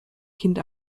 kind